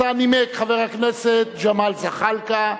שאותה נימק חבר הכנסת ג'מאל זחאלקה,